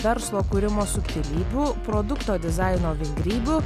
verslo kūrimo subtilybių produkto dizaino vingrybių